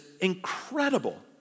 incredible